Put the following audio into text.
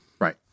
Right